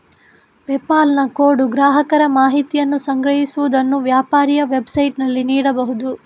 PayPal ನ code ಗ್ರಾಹಕರ ಮಾಹಿತಿಯನ್ನು ಸಂಗ್ರಹಿಸುವುದನ್ನು ವ್ಯಾಪಾರಿಯ ವೆಬ್ಸೈಟಿನಲ್ಲಿ ನೀಡಬಹುದು